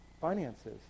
finances